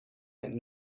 had